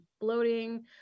bloating